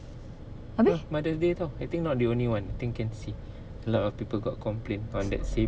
abeh